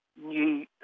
new